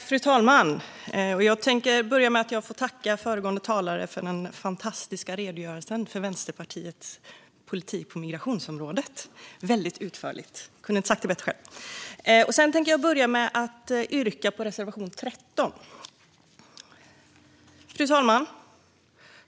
Fru talman! Jag får börja med att tacka föregående talare för den fantastiska redogörelsen för Vänsterpartiets politik på migrationsområdet. Det var väldigt utförligt; jag kunde inte ha sagt det bättre själv. Jag yrkar bifall till reservation 13. Fru talman!